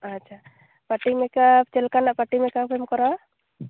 ᱟᱪᱪᱷᱟ party makeup ᱪᱮᱫ ᱞᱮᱠᱟᱱᱟᱜ ᱯᱟᱴᱤ ᱢᱮᱠᱟᱯ ᱮᱢ ᱠᱚᱨᱟᱣᱟ